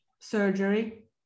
surgery